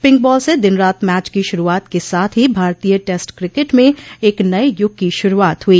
pink ball से दिनरात match की शुरूआत के साथ ही भारतीय टैस्ट क्रिकेट में एक नये युग की शुरूआत हुई